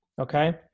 okay